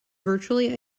virtually